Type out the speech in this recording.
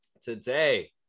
today